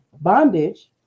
bondage